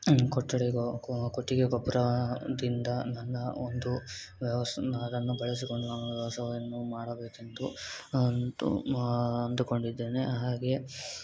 ಕೊಟ್ಟಡಿಗೋ ಕೊಟ್ಟಿಗೆ ಗೊಬ್ಬರದಿಂದ ನನ್ನ ಒಂದು ವ್ಯವಸ್ ಅದನ್ನು ಬಳಸಿಕೊಂಡು ನಾನು ವ್ಯವಸಾಯವನ್ನು ಮಾಡಬೇಕೆಂದು ಅಂದು ಅಂದುಕೊಂಡಿದ್ದೇನೆ ಹಾಗೆ